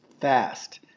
fast